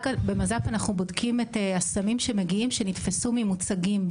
במז"פ אנחנו בודקים את הסמים שמגיעים שנתפסו ממוצגים,